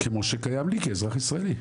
כמו שקיים לי כאזרח ישראלי.